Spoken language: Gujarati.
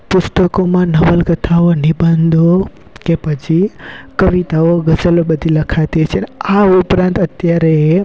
પુસ્તકોમાં નવલકથાઓ નિબંધો કે પછી કવિતાઓ ગઝલો બધી લખાતી છે આ ઉપરાંત અત્યારે એ